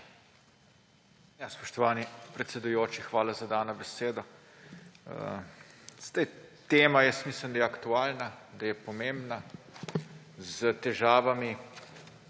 SDS): Spoštovani predsedujoči, hvala za dano besedo. Tema, mislim, da je aktualna, da je pomembna, s težavami